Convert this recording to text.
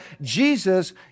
Jesus